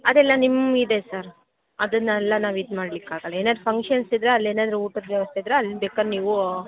ಅದೆಲ್ಲ ನಿಮ್ಮದೇ ಸರ್ ಅದನ್ನೆಲ್ಲ ನಾವು ಇದು ಮಾಡ್ಲಿಕ್ಕಾಗೋಲ್ಲ ಏನಾದ್ರು ಫಂಕ್ಷನ್ಸ್ ಇದ್ರೆ ಅಲ್ಲೇನಾದ್ರು ಊಟದ ವ್ಯವಸ್ಥೆ ಇದ್ರೆ ಅಲ್ಲಿ ಬೇಕಾದ್ರೆ ನೀವೂ